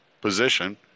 position